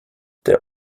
der